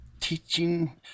teaching